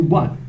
one